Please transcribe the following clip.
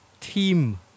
team